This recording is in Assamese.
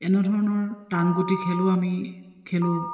এনেধৰণৰ টাংগুটি খেলোঁ আমি খেলোঁ